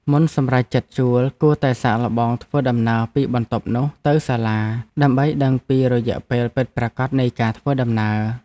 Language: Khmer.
មុនសម្រេចចិត្តជួល គួរតែសាកល្បងធ្វើដំណើរពីបន្ទប់នោះទៅសាលាដើម្បីដឹងពីរយៈពេលពិតប្រាកដនៃការធ្វើដំណើរ។